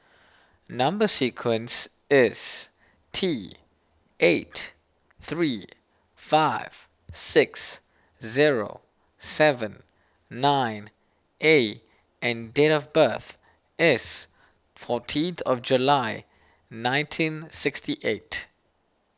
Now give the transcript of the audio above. Number Sequence is T eight three five six zero seven nine A and date of birth is fourteenth of July nineteen sixty eight